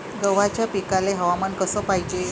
गव्हाच्या पिकाले हवामान कस पायजे?